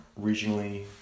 regionally